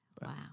wow